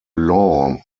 law